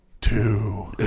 two